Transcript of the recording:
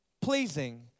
pleasing